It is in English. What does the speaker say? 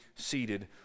seated